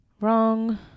Wrong